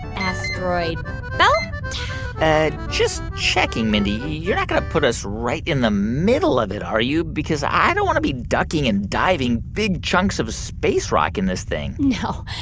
asteroid belt and just checking, mindy you're not going to put us right in the middle of it, are you? because i don't want to be ducking and diving big chunks of space rock in this thing no,